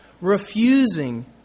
refusing